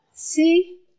See